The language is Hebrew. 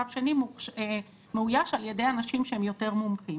קו שני מאויש על ידי אנשים שהם יותר מומחים.